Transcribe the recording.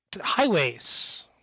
highways